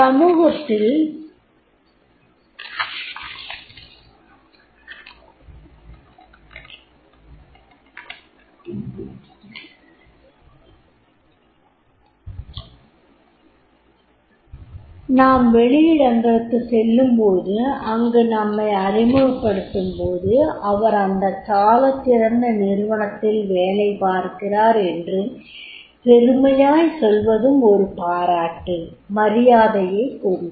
சமூகத்தில் நாம் வெளியிடங்களுக்கு செல்லும்போது அங்கு நம்மை அறிமுகப்படுத்தும்போது இவர் அந்த சாலச்சிறந்த நிறுவனத்தில் வேலைபார்க்கிறார் என்று பெருமையாய் சொல்வதும் ஒரு பாராட்டு மரியாதையைக் கொடுக்கும்